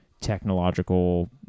technological